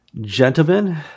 gentlemen